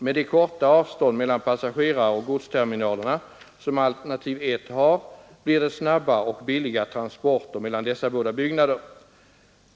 Med det korta avstånd mellan passageraroch godsterminaler som alternativ 1 har blir det snabba och billiga transporter mellan dessa båda byggnader.